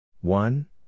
one